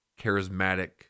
charismatic